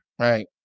Right